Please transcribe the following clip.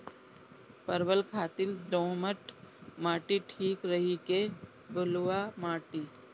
परवल खातिर दोमट माटी ठीक रही कि बलुआ माटी?